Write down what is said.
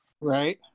Right